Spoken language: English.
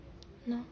no